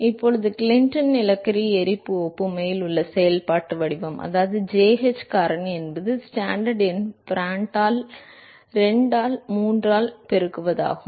இப்போது கிளின்டன் நிலக்கரி எரிப்பு ஒப்புமையில் உள்ள செயல்பாட்டு வடிவம் அதாவது jh காரணி என்பது ஸ்டாண்டன் எண்ணை பிராண்டால் ஆல் 2 ஆல் 3 ஆல் பெருக்குவதாகும்